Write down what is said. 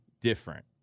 different